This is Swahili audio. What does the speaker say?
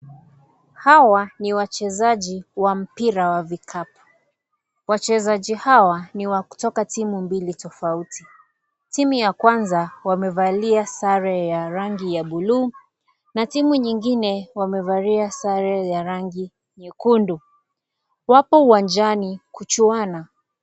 Hawa ni wachezaji wa mpira wa vikapu. Wachezaji hawa ni wa kutoka timu mbili tofauti. Timu ya kwanza wamevalia sare ya rangi ya bluu na timu nyingine wamevalia sare ya rangi nyekundu. Wapo uwanjani kuchuana.